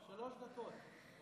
שלוש דקות.